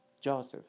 Joseph